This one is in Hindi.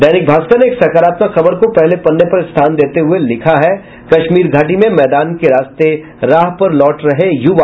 दैनिक भास्कर ने एक सकारात्मक खबर को पहले पन्ने पर स्थान देते हुये लिखा है कश्मीर घाटी में मैदान के रास्ते राह पर लौट रहे युवा